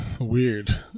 weird